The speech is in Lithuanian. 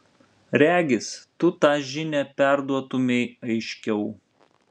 regis tu tą žinią perduotumei aiškiau